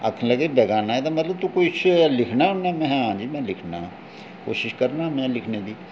आखन लगे बेगाना एह्दा मतलब तू किश लिखना होन्ना में आक्खेआ हां जी में लिखना कोशिश करना में लिखने दी